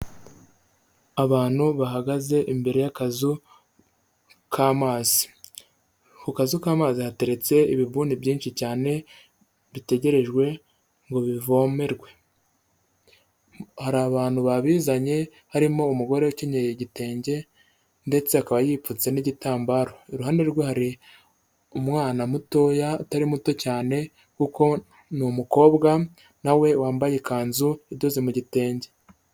Abantu bahagaze imbere y'akazu k'amazi hateretse ibibuni byinshijwe ngo bivome babizanye harimo umugore ukini igitenge ndetse akaba yipfutse n'igitambaro, iruhande hari umwana mutoya utari muto cyane kuko ni umukobwa na we wambaye ikanzu idoze mu gitenge.